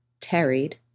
tarried